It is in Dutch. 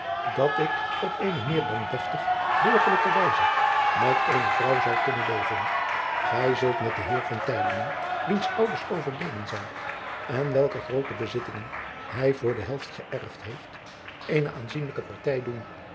dat ik op eene meer dan deftig driaan oosjes zn et leven van aurits ijnslager burgerlijke wijze met eene vrouw zal kunnen leven ij zult met den eer wiens ouders overleden zijn en welker groote bezittingen hij voor de helft geërfd heeft eene aanzienlijke partij doen